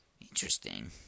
Interesting